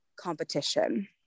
competition